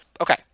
okay